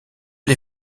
les